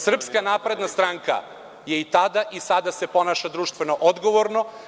Srpska napredna stranka je i tada i sada se ponaša društveno odgovorno.